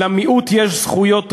למיעוט יש זכויות רבות,